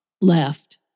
left